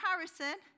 comparison